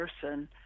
person